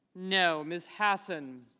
no. ms. hassan